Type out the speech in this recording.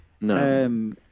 No